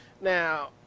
now